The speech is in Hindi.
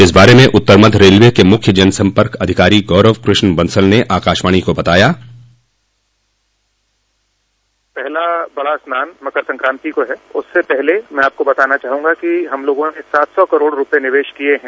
इस बारे में उत्तर मध्य रेलवे के मुख्य जनसम्पर्क अधिकारी गौरव कृष्ण बंसल ने आकाशवाणी को बताया पहला बड़ा स्नान मकर संकांति को है उससे पहले मैं आपको बताना चाहॅगा कि हम लोगों ने सात सौ करोड़ रूपये निवंश किये हैं